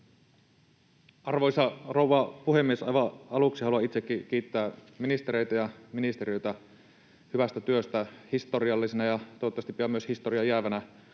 Arvoisa rouva puhemies! Aivan aluksi haluan itsekin kiittää ministereitä ja ministeriötä hyvästä työstä historiallisena ja toivottavasti pian myös historiaan jäävänä